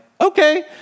Okay